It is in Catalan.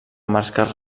marques